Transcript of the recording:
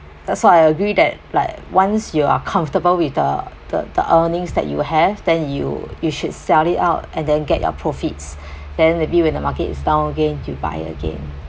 that's why I agree that like once you are comfortable with the the the earnings that you have then you you should sell it out and then get your profits then maybe when the market is down again you buy again